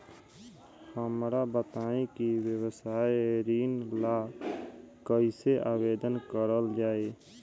हमरा बताई कि व्यवसाय ऋण ला कइसे आवेदन करल जाई?